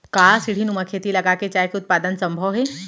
का सीढ़ीनुमा खेती लगा के चाय के उत्पादन सम्भव हे?